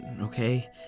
okay